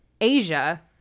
Asia